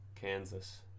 Kansas